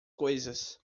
coisas